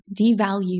devalue